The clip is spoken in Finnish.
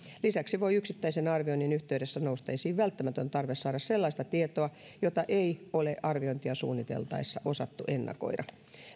lisäksi voi yksittäisen arvioinnin yhteydessä nousta esiin välttämätön tarve saada sellaista tietoa jota ei ole arviointia suunniteltaessa osattu ennakoida